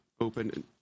open